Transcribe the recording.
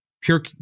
pure